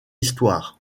histoire